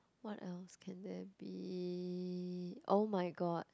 what else can there be oh-my-god